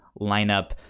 lineup